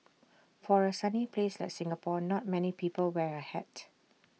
for A sunny place like Singapore not many people wear A hat